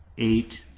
eight,